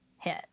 hit